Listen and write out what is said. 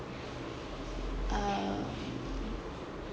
um